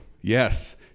yes